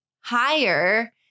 higher